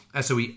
SOE